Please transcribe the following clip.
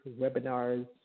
webinars